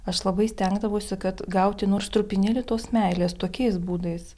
aš labai stengdavausi kad gauti nors trupinėlį tos meilės tokiais būdais